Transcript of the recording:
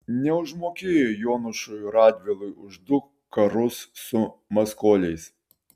neužmokėjo jonušui radvilai už du karus su maskoliais